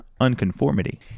unconformity